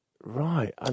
Right